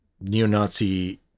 neo-Nazi